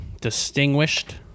distinguished